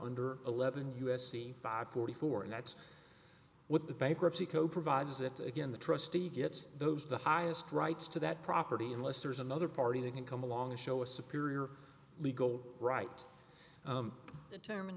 under eleven u s c five forty four and that's what the bankruptcy code provides that again the trustee gets those the highest rights to that property unless there's another party that can come along and show a superior legal right to determin